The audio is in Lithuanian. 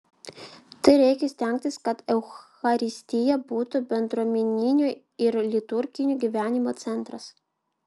tad reikia stengtis kad eucharistija būtų bendruomeninio ir liturginio gyvenimo centras